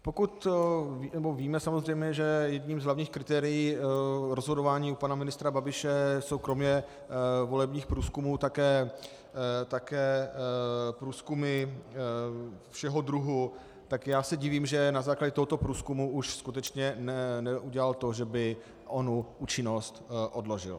Pokud víme samozřejmě, že jedním z hlavních kritérií rozhodování u pana ministra Babiše jsou kromě volebních průzkumů také průzkumy všeho druhu, tak se divím, že na základě tohoto průzkumu už skutečně neudělal to, že by onu účinnost odložil.